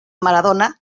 maradona